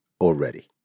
already